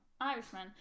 Irishman